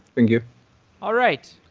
and you all right.